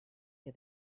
que